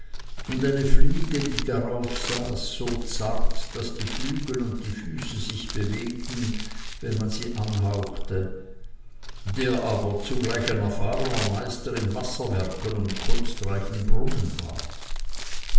und eine fliege die darauf saß so zart daß die flügel und die füße sich bewegten wenn man sie anhauchte der aber zugleich ein erfahrener meister in wasserwerken und kunstreichen brunnen war